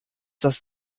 das